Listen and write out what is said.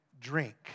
drink